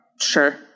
Sure